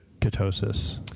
ketosis